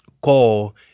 call